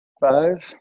Five